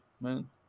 man